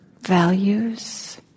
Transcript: values